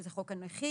שזה חוק הנכים,